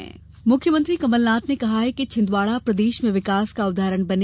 कमलनाथ छिंदवाड़ा मुख्यमंत्री कमलनाथ ने कहा है कि छिंदवाड़ा प्रदेश में विकास का उदाहरण बने